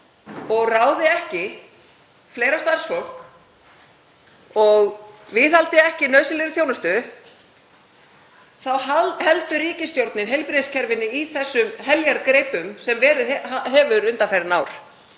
og ráði ekki fleira starfsfólk og viðhaldi ekki nauðsynlegri þjónustu heldur ríkisstjórnin heilbrigðiskerfinu í þeim heljargreipum sem verið hefur undanfarin ár.